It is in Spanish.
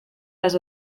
las